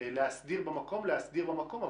להסדיר במקום להסדיר במקום.